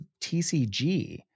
TCG